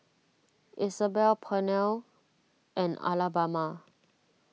Isabel Pernell and Alabama